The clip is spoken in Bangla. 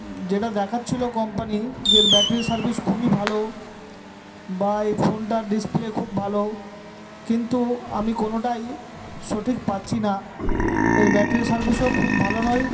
যেটা দেখাচ্ছিল কোম্পানি যে ব্যাটারি সার্ভিস খুবই ভালো বা এই ফোন টার ডিসপ্লে খুব ভালো কিন্তু আমি কোনোটাই সঠিক পাচ্ছি না এর ব্যাটারি সার্ভিস ও খুব ভালো নয়